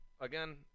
again